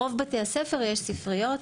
ברוב בתי הספר יש ספריות,